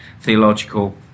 theological